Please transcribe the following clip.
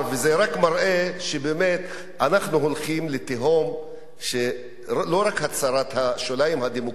זה רק מראה שבאמת אנחנו הולכים לתהום של לא רק הצרת השוליים הדמוקרטיים,